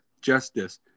justice